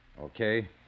Okay